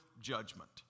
judgment